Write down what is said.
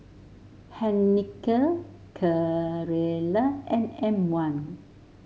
Heinekein Carrera and M one